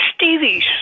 Stevies